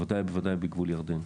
בוודאי ובוודאי בגבול ירדן.